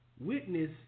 witness